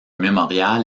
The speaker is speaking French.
mémorial